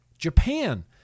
Japan